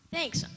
Thanks